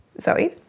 Zoe